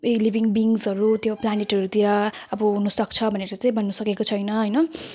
ए living बिइङ्सहरू त्यो प्लानेटहरूतिर अब हुन सक्छ भनेर चाहिँ भन्न सकिएको छैन होइन